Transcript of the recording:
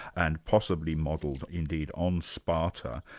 and possibly modelled indeed on sparta,